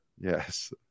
Yes